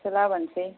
लाबोनोसै